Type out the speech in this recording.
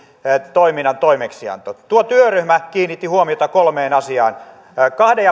toiminnan toimeksianto tuo työryhmä kiinnitti huomiota kolmeen asiaan kahden